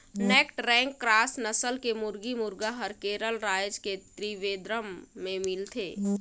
naked neck cross नसल के मुरगी, मुरगा हर केरल रायज के त्रिवेंद्रम में मिलथे